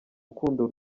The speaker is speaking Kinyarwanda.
rukundo